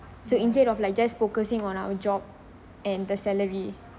so instead of like just focusing on our job and the salary